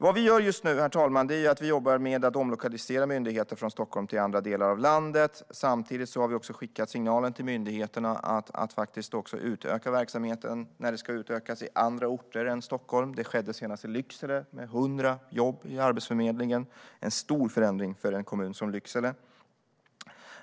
Vad vi gör just nu, herr talman, är att vi jobbar med att omlokalisera myndigheter från Stockholm till andra delar av landet. Samtidigt har vi skickat signalen till myndigheterna att när verksamhet ska utökas ska detta ske i andra orter än Stockholm. Det skedde senast i Lycksele, med 100 jobb via Arbetsförmedlingen - en stor förändring för en kommun som Lycksele.